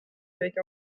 avec